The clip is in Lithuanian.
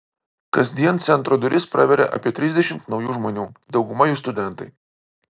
kasdien centro duris praveria apie trisdešimt naujų žmonių dauguma jų studentai